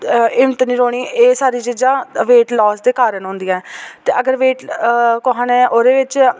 अ हिम्मत निं रौह्नी एह् सारीं चीज़ां वेट लॉस दे कारण होन्दियां ऐं ते अगर वेट लॉस कोहे ने ओह्दे बिच